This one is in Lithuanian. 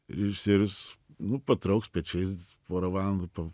režisierius patrauks pečiais pora valandų pa